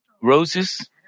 Roses